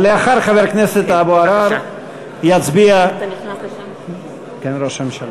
לאחר חבר הכנסת אבו עראר יצביע ראש הממשלה.